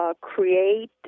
create